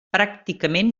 pràcticament